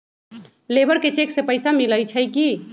Labour के cheque से पैसा मिलई छई कि?